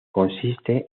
consiste